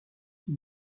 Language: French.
qui